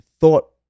thought